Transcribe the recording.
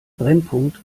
brennpunkt